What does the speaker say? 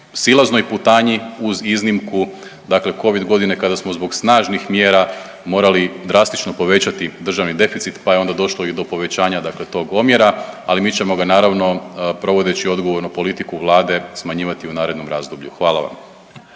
silaznoj putanji uz iznimku, dakle covid godine kada smo zbog snažnih mjera morali drastično povećati državni deficit, pa je onda došlo i do povećanja, dakle tog omjera. Ali mi ćemo ga naravno provodeći odgovornu politiku Vlade smanjivati u narednom razdoblju. Hvala vam.